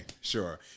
sure